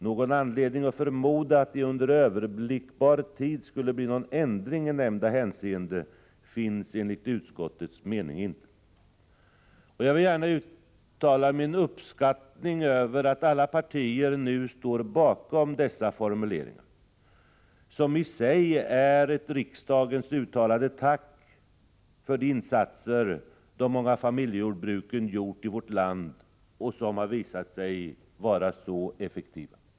Någon anledning att förmoda att det under överblickbar tid skulle bli någon ändring i nämnda hänseende finns enligt utskottets mening inte.” Jag vill gärna uttrycka min uppskattning över att alla partier nu står bakom dessa formuleringar, som i sig är ett riksdagens uttalade tack för de insatser som de många familjejordbruken gjort i vårt land och som har visat sig vara så effektiva.